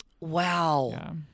Wow